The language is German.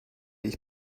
ich